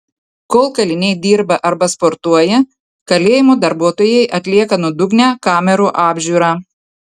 kol kaliniai dirba arba sportuoja kalėjimo darbuotojai atlieka nuodugnią kamerų apžiūrą